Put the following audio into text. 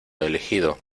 elegido